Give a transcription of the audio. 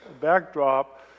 backdrop